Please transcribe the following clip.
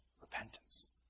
repentance